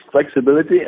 flexibility